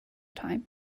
time